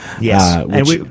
Yes